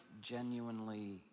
genuinely